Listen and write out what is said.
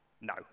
No